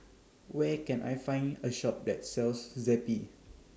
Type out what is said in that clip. Where Can I Find A Shop that sells Zappy